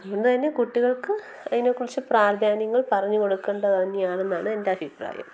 അതുകൊണ്ട് തന്നെ കുട്ടികൾക്ക് അതിനെ കുറിച്ച് പ്രാധാന്യങ്ങൾ പറഞ്ഞു കൊടുക്കേണ്ടത് തന്നെയാണെന്നാണ് എന്റെ അഭിപ്രായം